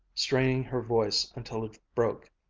straining her voice until it broke,